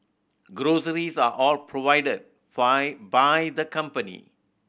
groceries are all provided five by the company